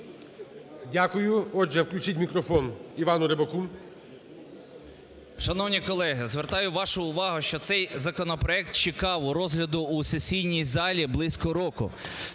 Дякую. Отже, включіть мікрофон Івану Рибаку.